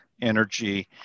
energy